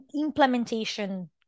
implementation